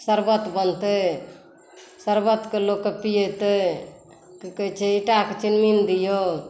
शरबत बनतै शरबतके लोकके पिएतै तऽ कहै छै ईटाके चिमनी दिऔ